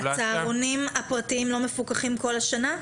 --- הצהרונים הפרטיים לא מפוקחים כל השנה?